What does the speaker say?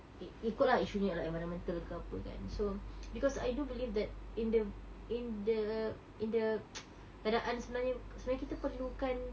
i~ ikut lah issue nya about environmental ke apa kan so because I do believe that in the in the in the keadaan sebenarnya sebenarnya kita perlukan